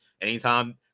Anytime